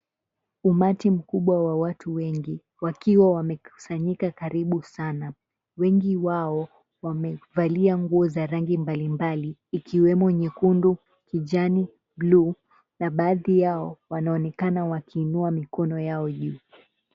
Umati mkubwa wa watu wengi wakiwa wamekusanyika karibu sana. Wengi wao wamevalia nguo za rangi mbalimbali ikiwemo nyekundu, kijani, buluu na baadhi yao wanaonekana wakiinua mikono yao juu.